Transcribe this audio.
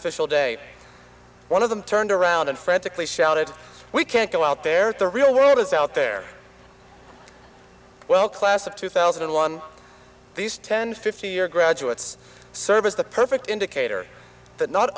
official day one of them turned around and frantically shouted we can't go out there the real world is out there well class of two thousand and one these ten fifty year graduates service the perfect indicator that not